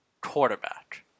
quarterback